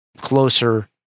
closer